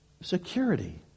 security